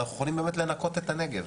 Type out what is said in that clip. אנחנו יכולים באמת לנקות את הנגב,